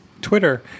Twitter